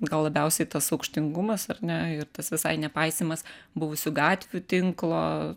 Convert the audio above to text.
gal labiausiai tas aukštingumas ar ne ir tas visai nepaisymas buvusių gatvių tinklo